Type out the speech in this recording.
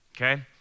okay